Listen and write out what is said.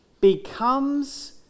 becomes